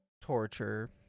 torture